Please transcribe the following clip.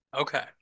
Okay